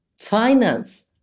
finance